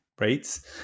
rates